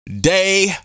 day